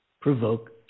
provoke